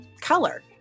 color